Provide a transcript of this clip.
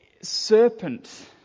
serpent